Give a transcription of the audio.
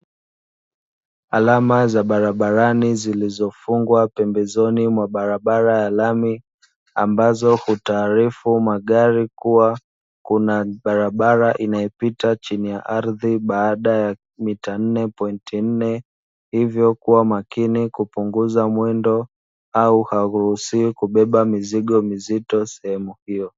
Alama za barabarani zilizofungwa pembezoni mwa barabara ya lami, ambazo hutaarifu magari kuwa kuna barabara inapita chini ya ardhi baada ya mita nne pointi nne, hivyo kuwa makini kupunguza mwendo au hauruhusiwi kubeba mizigo mizito sehemu hiyo.